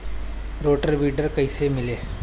Rotor weeder कईसे मिले?